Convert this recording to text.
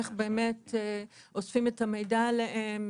איך אוספים את המידע עליהם?